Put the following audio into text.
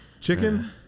Chicken